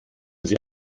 sie